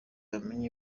wamenya